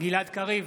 גלעד קריב,